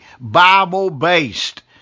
Bible-based